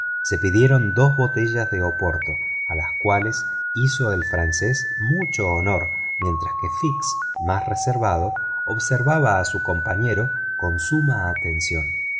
se pidieron dos botellas de oporto a las cuales hizo el francés mucho honor mientras que fix más reservado observaba a su compañero con suma atención